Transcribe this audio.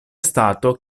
stato